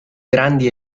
grandi